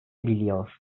biliyor